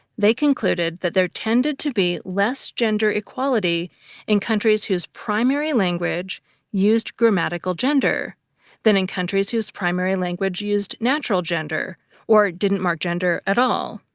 they concluded that there tended to be less gender equality in countries whose primary language used grammatical gender than in countries whose primary language used natural gender or didn't mark gender at all.